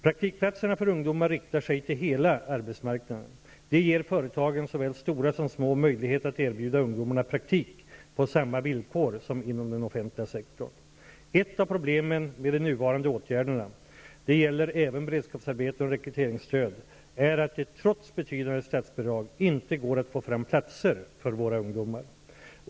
Praktikplatserna för ungdomar riktar sig till hela arbetsmarknaden. De ger företagen, såväl stora som små, möjlighet att erbjuda ungdomarna praktik på samma villkor som inom den offentliga sektorn. Ett av prolemen med de nuvarande ågärderna -- det gäller även beredskapsarbeten och rekryteringsstöd -- är att det trots betydande statsbidrag inte går att få fram platser för våra ungdomar.